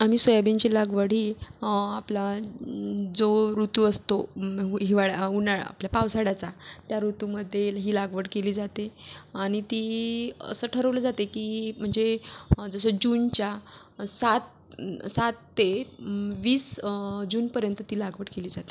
आम्ही सोयाबीनची लागवड ही आपला जो ऋतू असतो हिवाळा उन्हाळा आपल्या पावसाळ्याचा त्या ऋतूमध्ये ही लागवड केली जाते आणि ती असं ठरवलं जाते की म्हणजे जसं जूनच्या सात सात ते वीस जूनपर्यंत ती लागवड केली जाते